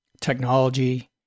technology